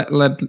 let